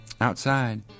Outside